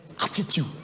attitude